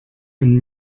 wenn